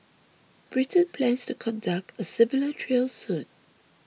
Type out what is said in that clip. Britain plans to conduct a similar trial soon